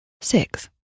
six